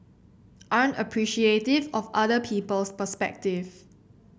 aren't appreciative of other people's perspective